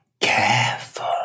Careful